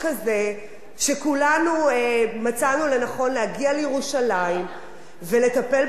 שכולנו מצאנו לנכון להגיע לירושלים ולטפל בסוגיה הזאת,